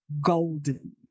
golden